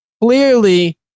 clearly